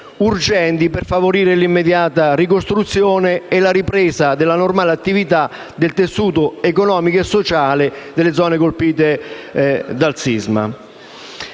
urgenti per favorire l'immediata ricostruzione e la ripresa della normale attività del tessuto economico e sociale delle zone colpite dal sisma.